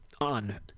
on